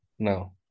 No